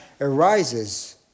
arises